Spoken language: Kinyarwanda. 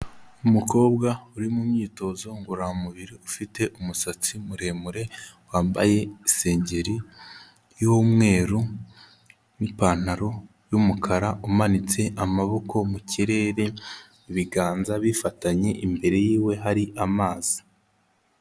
Umukobwa uri mu myitozo ngororamubiri ufite umusatsi muremure, wambaye isengeri y'umweru n'ipantaro y'umukara, umanitse amaboko mu kirere, ibiganza bifatanye imbere yiwe hari amazi.